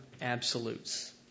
absolutes